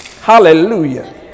Hallelujah